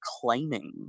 claiming